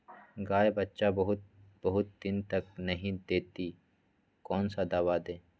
गाय बच्चा बहुत बहुत दिन तक नहीं देती कौन सा दवा दे?